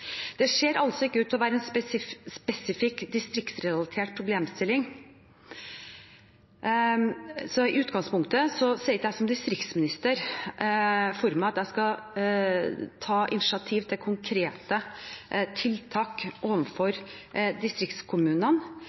Det ser altså ikke ut til å være en spesifikt distriktsrelatert problemstilling. I utgangspunktet ser ikke jeg som distriktsminister for meg at jeg skal ta initiativ til konkrete tiltak overfor distriktskommunene.